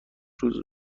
روز